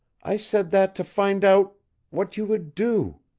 i said that to find out what you would do